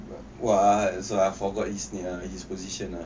!wah! so I forgot his name his position lah